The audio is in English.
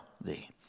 thee